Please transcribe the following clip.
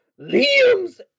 Liam's